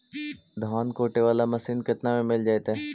धान कुटे बाला मशीन केतना में मिल जइतै?